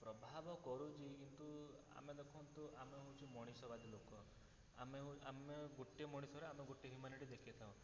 ପ୍ରଭାବ କରୁଛି କିନ୍ତୁ ଆମେ ଦେଖନ୍ତୁ ଆମେ ହଉଛୁ ମଣିଷବାଦୀ ଲୋକ ଆମେ ହଉ ଆମେ ଗୋଟିଏ ମଣିଷରେ ଆମେ ଗୋଟିଏ ହ୍ୟୁମ୍ୟାନିଟି ଦେଖେଇଥାଉ